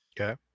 Okay